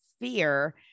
fear